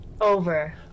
over